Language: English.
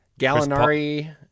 Gallinari